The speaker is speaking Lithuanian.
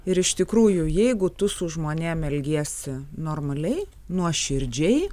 ir iš tikrųjų jeigu tu su žmonėm elgiesi normaliai nuoširdžiai